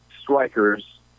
strikers